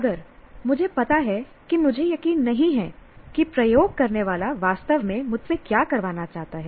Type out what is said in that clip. अगर मुझे पता है कि मुझे यकीन नहीं है कि प्रयोग करने वाला वास्तव में मुझसे क्या करवाना चाहता है